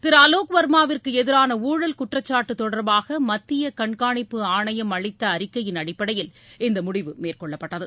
திரு அலோக் வர்மாவிற்கு எதிரான ஊழல் குற்றச்சாட்டு தொடர்பாக மத்திய கண்காணிப்பு ஆணையம் அளித்த அறிக்கையின் அடிப்படையில் இந்த முடிவு மேற்கொள்ளப்பட்டது